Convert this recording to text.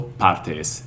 partes